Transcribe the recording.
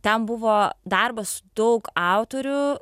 ten buvo darbas su daug autorių